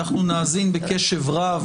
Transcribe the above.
אנחנו נאזין בקשב רב,